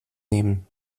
nehmen